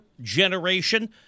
generation